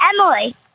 Emily